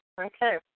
Okay